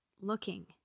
looking